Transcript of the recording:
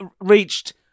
reached